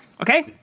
okay